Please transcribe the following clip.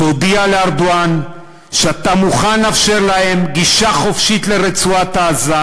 תודיע לארדואן שאתה מוכן לאפשר להם גישה חופשית לרצועת-עזה,